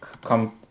come